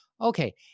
Okay